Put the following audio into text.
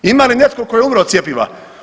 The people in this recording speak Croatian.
Ima li netko tko je umro od cjepiva?